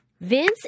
Vince